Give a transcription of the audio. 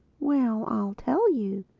well, i'll tell you,